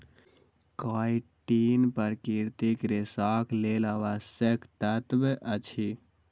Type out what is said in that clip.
chitin प्राकृतिक रेशाक लेल आवश्यक तत्व अछि